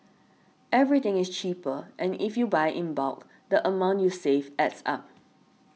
everything is cheaper and if you buy in bulk the amount you save adds up